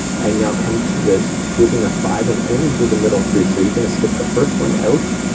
and now come to this grouping of five, and only do the middle three. so you're gonna skip the first one out,